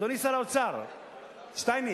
אדוני שר האוצר שטייניץ,